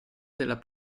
della